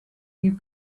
you